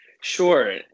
Sure